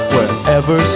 Wherever